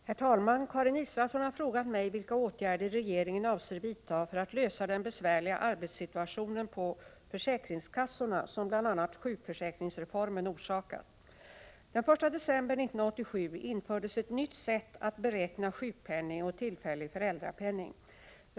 Herr talman! Karin Israelsson har frågat mig vilka åtgärder regeringen avser vidta för att lösa den besvärliga arbetssituationen på försäkringskassorna som bl.a. sjukförsäkringsreformen orsakat. Den 1 december 1987 infördes ett nytt sätt att beräkna sjukpenning och tillfällig föräldrapenning.